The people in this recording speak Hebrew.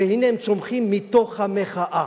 והנה הם צומחים מתוך המחאה,